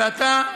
ועתה,